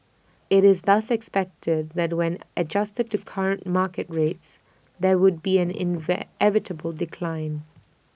IT is thus expected that when adjusted to current market rates there would be an invent decline